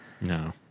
No